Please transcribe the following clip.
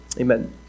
Amen